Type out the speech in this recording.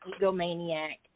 egomaniac